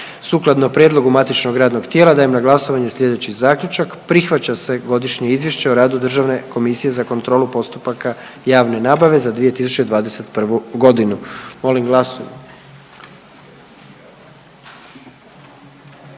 Sukladno prijedlogu matičnog radnog tijela dajem na glasovanje slijedeći zaključak. Prihvaća se Godišnje izvješće o radu Agencije za zaštitu tržišnog natjecanja za 2021. godinu.